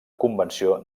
convenció